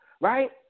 right